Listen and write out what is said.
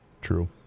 True